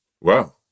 Wow